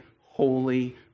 holy